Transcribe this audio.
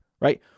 right